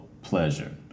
pleasure